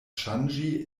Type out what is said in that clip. ŝanĝi